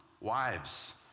Wives